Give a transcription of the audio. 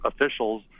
officials